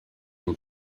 une